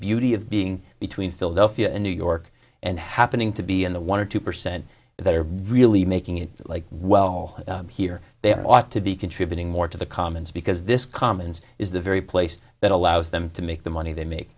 beauty of being between philadelphia and new york and happening to be in the one or two percent that are really making it like well here they ought to be contributing more to the commons because this commons is the very place that allows them to make the money they make